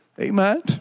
Amen